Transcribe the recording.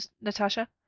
Natasha